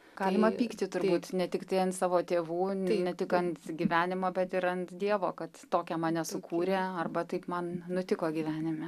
galima pykti turbūt ne tiktai ant savo tėvų ne tik ant gyvenimo bet ir ant dievo kad tokią mane sukūrė arba taip man nutiko gyvenime